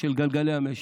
של גלגלי המשק.